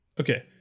Okay